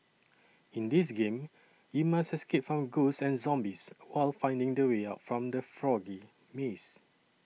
in this game you must escape from ghosts and zombies while finding the way out from the foggy maze